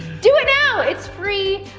do it now, it's free!